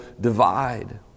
divide